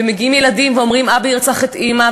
מגיעים ילדים ואומרים: אבא ירצח את אימא,